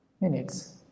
minutes